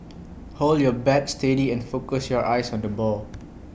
hold your bat steady and focus your eyes on the ball